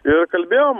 ir kalbėjom